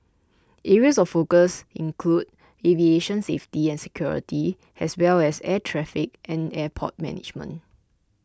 areas of focus include aviation safety and security as well as air traffic and airport management